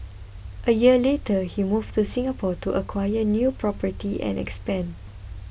a year later he moved to Singapore to acquire new property and expand